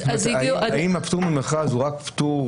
זאת אומרת, האם הפטור ממכרז הוא רק פטור